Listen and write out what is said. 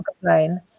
complain